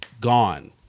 gone